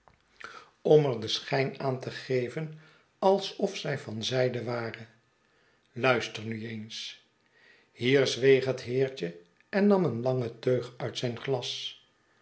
er den schijn aan te geven alsof zij van zijde ware luister nu eens hier zweeg het heertje en nam een langen teug uit zijn glas